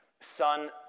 son